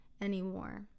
anymore